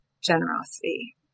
generosity